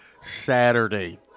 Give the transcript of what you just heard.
Saturday